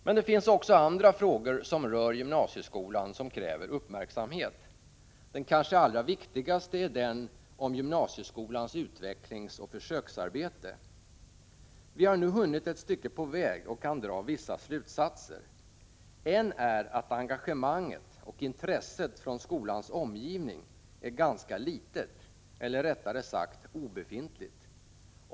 Men det finns också andra frågor som rör gymnasieskolan som kräver uppmärksamhet. Den kanske allra viktigaste är den om gymnasieskolans utvecklingsoch försöksarbete. Vi har nu hunnit ett stycke på väg och kan dra vissa slutsatser. En är att engagemanget och intresset från skolans omgivning är ganska litet — eller rättare sagt obefintligt.